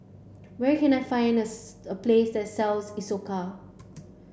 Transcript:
where can I find a place that sells Isocal